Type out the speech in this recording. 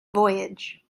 voyage